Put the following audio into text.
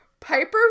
Piper